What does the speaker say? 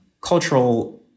cultural